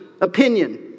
opinion